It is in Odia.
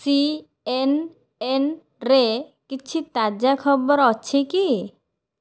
ସିଏନଏନରେ କିଛି ତାଜା ଖବର ଅଛି କି